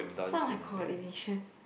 some of my coordination